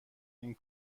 این